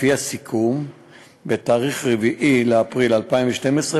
לפי הסיכום מ-4 באפריל 2012,